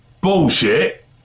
bullshit